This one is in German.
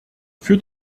für